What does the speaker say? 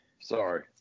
sorry